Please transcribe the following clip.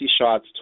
shots